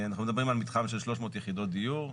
אנחנו מדברים על מתחם של 300 יחידות דיור.